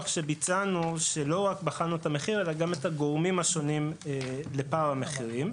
שביצענו שבו בחנו לא רק את המחיר אלא גם את הגורמים השונים לפער המחירים.